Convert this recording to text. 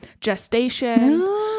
gestation